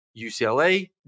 UCLA